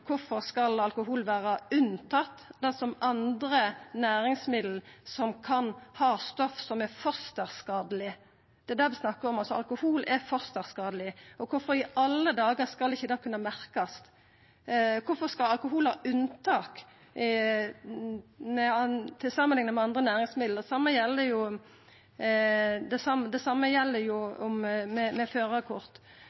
er det vi snakkar om. Alkohol er fosterskadeleg. Kvifor i alle dagar skal ikkje det merkast? Kvifor skal alkohol ha unntak samanlikna med andre næringsmiddel? Det same gjeld førarkort. Det er heilt rimeleg at kjøper ein medisin, skal det